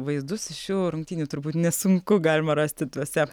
vaizdus šių rungtynių turbūt nesunku galima rasti tuose